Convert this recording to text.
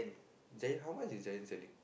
Giant how much is Giant selling